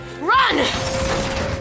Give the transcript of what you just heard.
Run